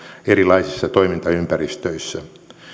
erilaisissa toimintaympäristöissä